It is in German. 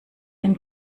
den